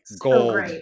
gold